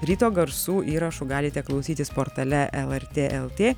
ryto garsų įrašų galite klausytis portale lrt lt